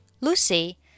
Lucy